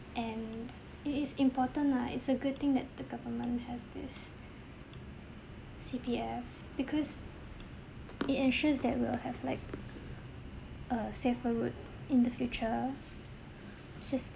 and it is important lah it's a good thing that the government has this C_P_F because it ensures that we'll have like a safer route in the future just